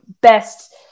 best